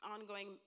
ongoing